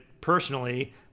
personally